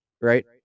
Right